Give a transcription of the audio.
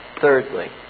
Thirdly